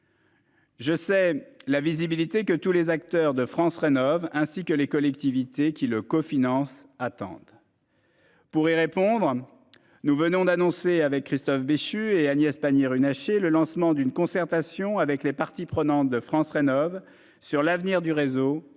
Je sais la visibilité que tous les acteurs de France rénovent ainsi que les collectivités qui le cofinancent attendent. Pour y répondre. Nous venons d'annoncer avec Christophe Béchu et Agnès Pannier-Runacher, le lancement d'une concertation avec les parties prenantes de France rénovent sur l'avenir du réseau